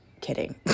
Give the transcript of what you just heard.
kidding